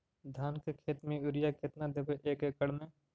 धान के खेत में युरिया केतना देबै एक एकड़ में?